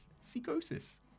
Psychosis